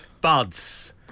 Buds